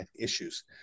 issues